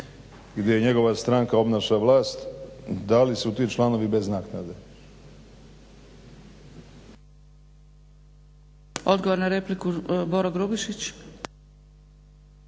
gdje njegova stranka obnaša vlast da li su ti članovi bez naknade.